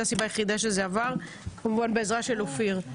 זה הסיבה היחידה שזה עבר כמובן בעזרה של אופיר.